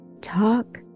talk